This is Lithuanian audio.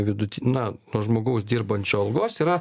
viduti na nuo žmogaus dirbančio algos yra